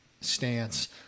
stance